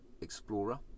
explorer